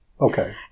Okay